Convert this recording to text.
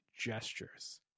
Gestures